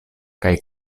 kaj